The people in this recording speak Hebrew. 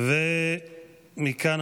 התקבל.